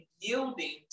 yielding